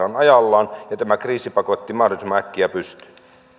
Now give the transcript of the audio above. ajallaan ja tämä kriisipaketti mahdollisimman äkkiä pystyyn